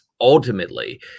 ultimately